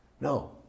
No